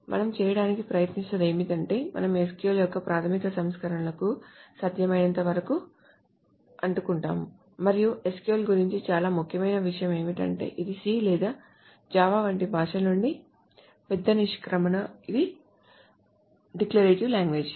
మనం చేయటానికి ప్రయత్నిస్తున్నది ఏమిటంటే మనం SQL యొక్క ప్రాథమిక సంస్కరణల కు సాధ్యమైనంతవరకు అంటుకుంటాము మరియు SQL గురించి చాలా ముఖ్యమైన విషయం ఏమిటంటే ఇది C లేదా జావా వంటి భాషల నుండి పెద్ద నిష్క్రమణ ఇది డిక్లరేటివ్ లాంగ్వేజ్